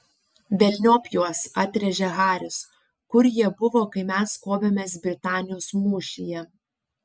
velniop juos atrėžė haris kur jie buvo kai mes kovėmės britanijos mūšyje